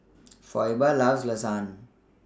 Phoebe loves Lasagna